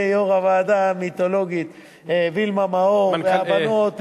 יו"ר הוועדה המיתולוגית וילמה מאור והבנות,